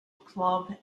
club